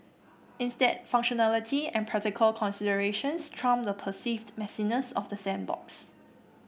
instead functionality and practical considerations trump the perceived messiness of the sandbox